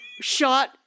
shot